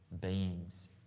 beings